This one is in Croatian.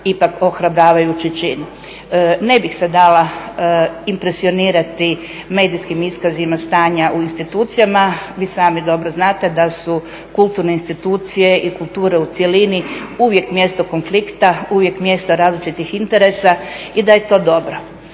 ipak ohrabravajući čin. Ne bih se dala impresionirati medijskim iskazima stanja u institucijama. Vi sami dobro znate da su kulturne institucije i kulture u cjelini uvijek mjesto konflikta, uvijek mjesta različitih interesa i da je to dobro.